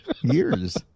years